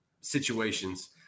situations